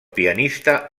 pianista